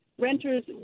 renters